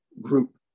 group